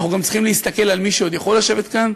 אנחנו גם צריכים להסתכל על מי שעוד יכול לשבת כאן.